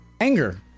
anger